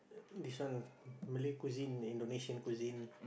this one Malay cuisine Indonesian cuisine